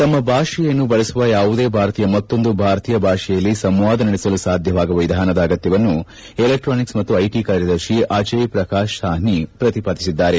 ತಮ್ಮ ಭಾಷೆಯನ್ನು ಬಳಸುವ ಯಾವುದೇ ಭಾರತೀಯರು ಮತ್ತೊಂದು ಭಾರತೀಯ ಭಾಷೆಯಲ್ಲಿ ಸಂವಾದ ನಡೆಸಲು ಸಾಧ್ಯವಾಗುವ ವಿಧಾನದ ಅಗತ್ಯವನ್ನು ಎಲೆಕ್ವಾನಿಕ್ಸ್ ಮತ್ತು ಐಟಿ ಕಾರ್ಯದರ್ಶಿ ಅಜಯ್ ಪ್ರಕಾಶ್ ಸಾಹ್ನಿ ಪ್ರತಿಪಾದಿಸಿದ್ದಾರೆ